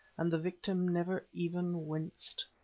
and the victim never even winced.